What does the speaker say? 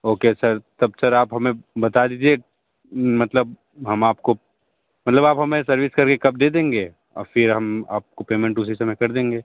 okay sir तब sir आप हमें बता दीजिए मतलब हम आपको मतलब आप हमें सर्विस करके कब दे देंगे और फिर हम आपको पेमेंट उसी समय कर देंगे